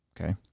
Okay